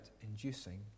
inducing